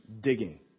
digging